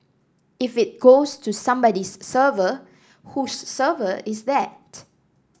if it goes to somebody's server whose server is that